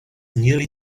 nearly